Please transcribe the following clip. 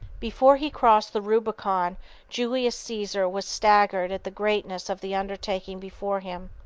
before he crossed the rubicon julius caesar was staggered at the greatness of the undertaking before him.